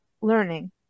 learning